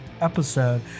episode